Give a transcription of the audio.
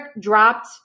dropped